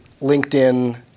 LinkedIn